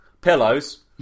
Pillows